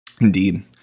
Indeed